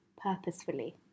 purposefully